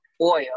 oil